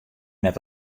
net